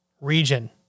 region